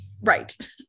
right